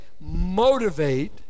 motivate